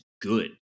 good